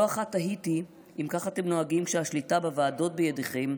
לא אחת תהיתי: אם כך אתם נוהגים כשהשליטה בוועדות בידיכם,